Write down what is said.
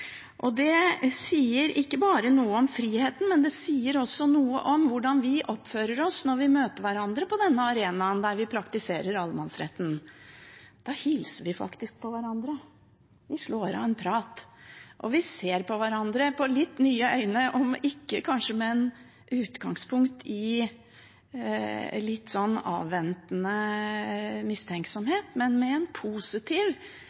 Det sier ikke bare noe om friheten, det sier også noe om hvordan vi oppfører oss når vi møter hverandre på denne arenaen der vi praktiserer allemannsretten. Da hilser vi på hverandre, vi slår av en prat, og vi ser på hverandre med litt nye øyne, kanskje ikke med utgangspunkt i litt avventende